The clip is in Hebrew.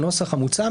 הנוסח המוצע,